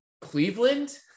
Cleveland